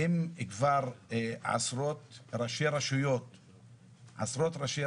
אם כבר עשרות ראשי רשויות מאוימים,